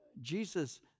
Jesus